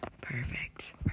Perfect